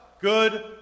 Good